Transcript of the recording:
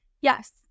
Yes